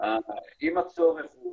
אם הצורך הוא